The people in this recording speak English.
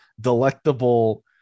delectable